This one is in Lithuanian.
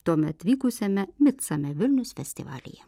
tuomet vykusiame mid samere vilnius festivalyje